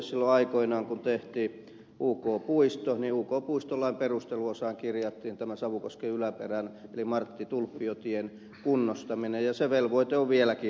silloin aikoinaan kun tehtiin uk puisto uk puistolain perusteluosaan kirjattiin tämä savukosken yläperän eli marttitulppio tien kunnostaminen ja se velvoite on vieläkin hoitamatta